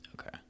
okay